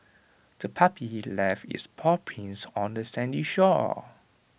the puppy left its paw prints on the sandy shore